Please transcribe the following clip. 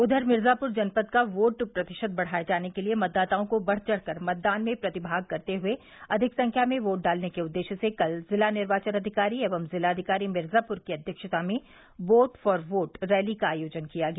उधर मिर्जापुर जनपद का वोट प्रतिशत बढ़ाये जाने के लिये मतदाताओं को बढ़ चढ़ कर मतदान में प्रतिभाग करते हये अधिक संख्या में वोट करने के उद्देश्य से कल जिला निर्वाचन अधिकारी एवं जिलाधिकारी मिर्जापुर की अध्यक्षता में बोट फार वोट रैली का आयोजन किया गया